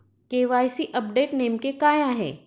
KYC update नेमके काय आहे?